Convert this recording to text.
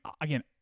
again